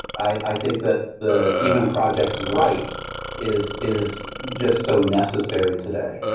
i think that the genome project write is is just so necessary today.